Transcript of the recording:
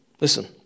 listen